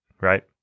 right